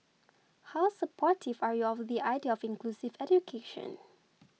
how supportive are you of the idea of inclusive education